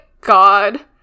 God